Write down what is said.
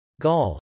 Gall